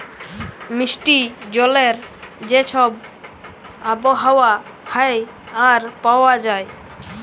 মিষ্টি জলের যে ছব আবহাওয়া হ্যয় আর পাউয়া যায়